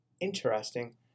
Interesting